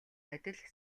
адил